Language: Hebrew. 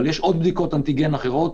אבל יש בדיקות אנטי גן אחרות.